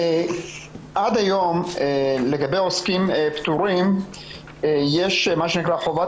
עד היום לגבי עוסקים פטורים יש מה שנקרא חובת